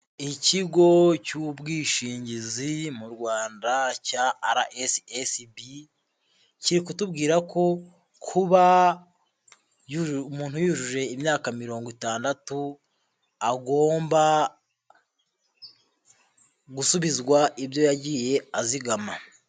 Ikigo cy'ubwishingizi mu Rwanda cya RSSB, kiri kutubwira ko kuba umuntu yujuje imyaka mirongo itandatu, agomba gusubizwa ibyo yagiye azigama.